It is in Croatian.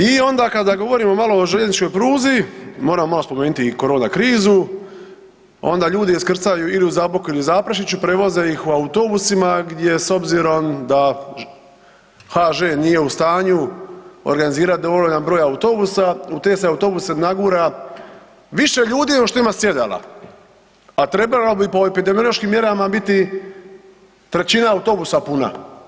I onda kada govorimo malo o željezničkoj pruzi, moramo malo spomenuti i korona krizu, onda ljude iskrcaju ili u Zaboku ili u Zaprešiću, prevoze ih u autobusima gdje s obzirom da HŽ nije u stanju organizirati dovoljan broj autobusa u te se autobuse nagura više ljudi nego što ima sjedala, a trebalo bi po epidemiološkim mjerama biti trećina autobusa puna.